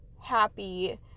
happy